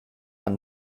and